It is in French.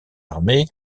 armée